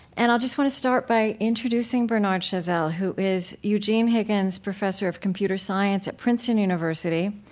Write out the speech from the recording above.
and i'll just want to start by introducing bernard chazelle, who is eugene higgins professor of computer science at princeton university,